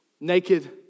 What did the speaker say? naked